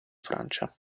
francia